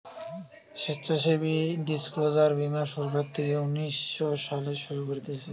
স্বেচ্ছাসেবী ডিসক্লোজার বীমা সরকার থেকে উনিশ শো সালে শুরু করতিছে